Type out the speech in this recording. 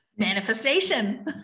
manifestation